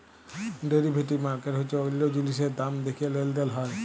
derivative market হচ্যে অল্য জিলিসের দাম দ্যাখে লেলদেল হয়